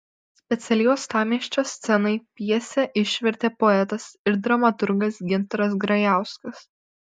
specialiai uostamiesčio scenai pjesę išvertė poetas ir dramaturgas gintaras grajauskas